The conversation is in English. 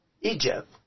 Egypt